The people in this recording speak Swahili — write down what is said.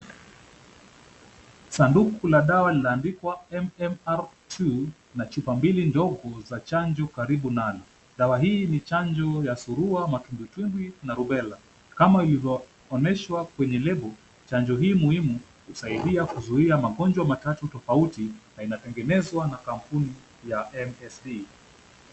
Sanduku la dawa limeandikwa M-M-R II na chupa mbili ndogo za chanjo karibu nalo. Dawa hii ni chanjo ya surua, matumbwitumbwi na rubella kama ilivyoonyeshwa kwenye lebo. Chanjo hii muhimu husaidia kuzuia magonjwa matatu tofauti na inatengenezwa na kampuni ya MSD.